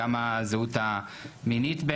גם הזהות המינית.